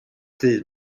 ddydd